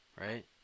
Right